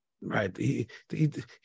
Right